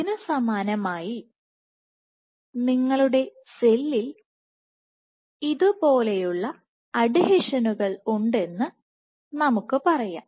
ഇതിനു സമാനമായി നിങ്ങളുടെ സെല്ലിൽ ഇതുപോലെയുള്ള അഡ്ഹീഷനുകൾ ഉണ്ടെന്ന് നമുക്ക് പറയാം